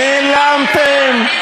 נעלמתם,